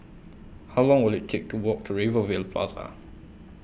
How Long Will IT Take to Walk to Rivervale Plaza